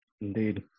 Indeed